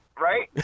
Right